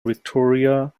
victoria